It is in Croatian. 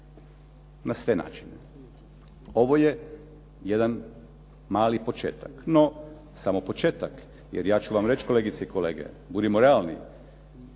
Na sve načine. Ovo je jedan mali početak. No samo početak jer ja ću vam reći, kolegice i kolege, budimo realni,